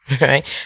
right